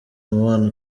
umubano